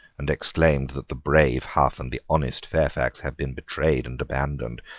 and exclaimed that the brave hough and the honest fairfax had been betrayed and abandoned.